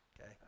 Okay